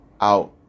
out